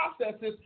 processes